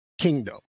kingdom